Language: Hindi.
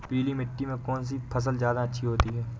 पीली मिट्टी में कौन सी फसल ज्यादा अच्छी होती है?